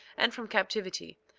and from captivity,